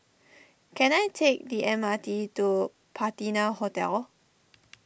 can I take the M R T to Patina Hotel